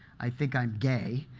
i think i'm gay.